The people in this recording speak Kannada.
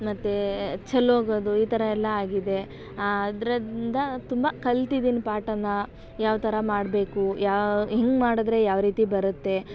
ಮತ್ತೆ ಚೆಲ್ಲೋಗೋದು ಈ ಥರ ಎಲ್ಲ ಆಗಿದೆ ಆ ಅದರಿಂದ ತುಂಬ ಕಲ್ತಿದ್ದೀನಿ ಪಾಠನ ಯಾವ ಥರ ಮಾಡಬೇಕು ಯಾವ ಹೆಂಗೆ ಮಾಡಿದ್ರೆ ಯಾವ ರೀತಿ ಬರುತ್ತೆ